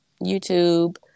YouTube